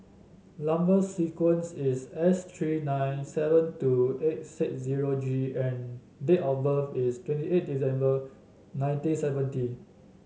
number sequence is S three nine seven two eight six zero G and date of birth is twenty eight December nineteen seventy